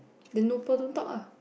then no pearl don't talk ah